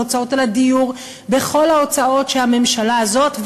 בהוצאות על הדיור בכל ההוצאות שהממשלה הזאת,